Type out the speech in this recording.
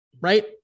right